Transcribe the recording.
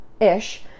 ish